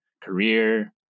career